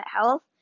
health